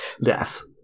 Yes